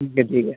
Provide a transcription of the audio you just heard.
ठीक आहे ठीक आहे